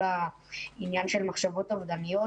כל העניין של מחשבות אובדניות,